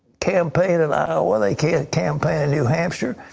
campaign in iowa, they can't campaign in new hampshire.